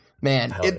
man